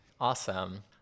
Awesome